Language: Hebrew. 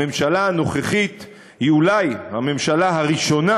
הממשלה הנוכחית היא אולי הממשלה הראשונה